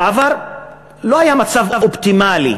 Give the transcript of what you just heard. בעבר לא היה מצב אופטימלי,